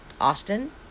Austin